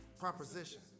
proposition